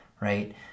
right